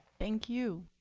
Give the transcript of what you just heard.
thank you.